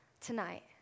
tonight